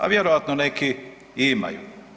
A vjerojatno neki i imaju?